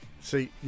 See